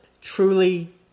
truly